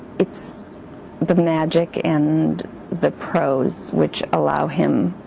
it's the magic and the prose which allow him